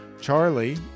Charlie